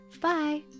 Bye